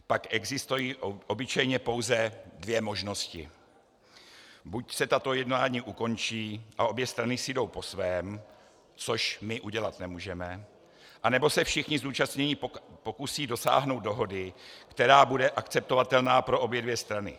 Pak existují obyčejně pouze dvě možnosti buď se tato jednání ukončí a obě strany si jdou po svém, což my udělat nemůžeme, anebo se všichni zúčastnění pokusí dosáhnout dohody, která bude akceptovatelná pro obě dvě strany.